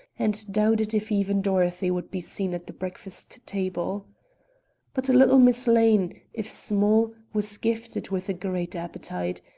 and doubted if even dorothy would be seen at the breakfast-table. but little miss lane, if small, was gifted with a great appetite.